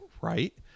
right